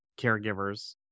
caregivers